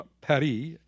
Paris